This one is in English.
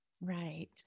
Right